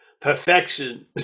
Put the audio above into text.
Perfection